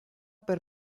per